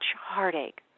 heartache